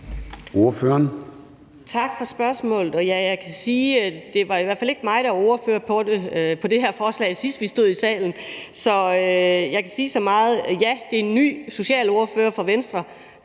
Tak for spørgsmålet. Jeg kan sige, at det i hvert fald ikke var mig, der var ordfører på det her forslag, sidst vi stod i salen. Så jeg kan sige så meget, at ja, det er en ny socialordfører for Venstre,